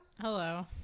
Hello